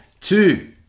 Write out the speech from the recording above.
Two